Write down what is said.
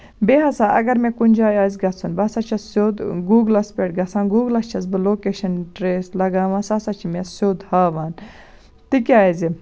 بیٚیہِ ہسا اَگر مےٚ کُنہِ جایہِ آسہِ گژھُن بہٕ سا چھَس سیٚود گوٗگلَس پٮ۪ٹھ گژھان گوٗگلَس چھَس بہٕ لوکیٚشن ٹریس لَگاوان سۄ سا چھِ مےٚ سیٚود ہاوان تِکیازِ